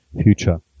future